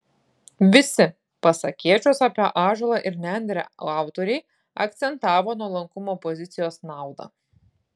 visi pasakėčios apie ąžuolą ir nendrę autoriai akcentavo nuolankumo pozicijos naudą